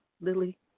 Lily